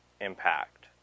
impact